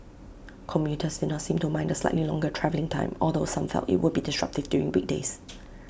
commuters did not seem to mind the slightly longer travelling time although some felt IT would be disruptive during weekdays